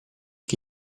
che